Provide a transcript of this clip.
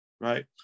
right